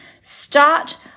start